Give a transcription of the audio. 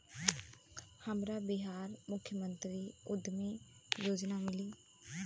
हमरा बिहार मुख्यमंत्री उद्यमी योजना मिली?